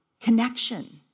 Connection